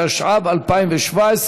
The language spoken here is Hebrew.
התשע"ז 2017,